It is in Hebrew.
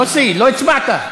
יוסי, לא הצבעת.